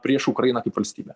prieš ukrainą kaip valstybę